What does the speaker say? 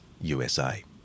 USA